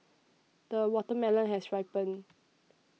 the watermelon has ripened